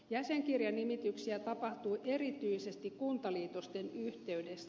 jäsenkirjanimityksiä tapahtuu erityisesti kuntaliitosten yhteydessä